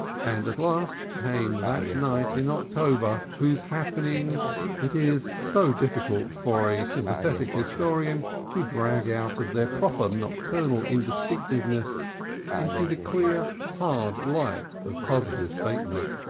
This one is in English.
and at last came that night in october whose happenings it is so difficult for a sympathetic historian to drag out of their proper nocturnal indistinctness into the clear, hard light of positive statement.